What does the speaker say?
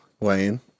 wayne